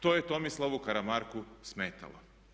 To je Tomislavu Karamarku smetalo.